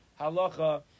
Halacha